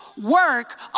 work